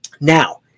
Now